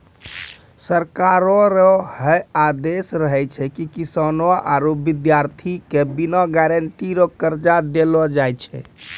सरकारो रो है आदेस रहै छै की किसानो आरू बिद्यार्ति के बिना गारंटी रो कर्जा देलो जाय छै